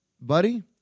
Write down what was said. Buddy